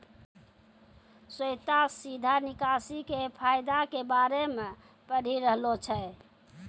श्वेता सीधा निकासी के फायदा के बारे मे पढ़ि रहलो छै